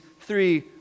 three